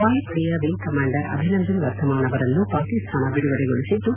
ವಾಯುಪಡೆಯ wing commander Abhinandan Varthaman ಅವರನ್ನು ಪಾಕಿಸ್ತಾನ ಬಿಡುಗಡೆಗೊಳಿಸಿದ್ದು